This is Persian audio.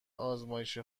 آزمایش